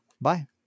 Bye